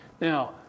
Now